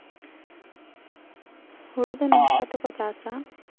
ᱦᱳᱲᱳ ᱫᱚ ᱱᱚᱝᱠᱟ ᱠᱟᱛᱮ ᱠᱚ ᱪᱟᱥᱟ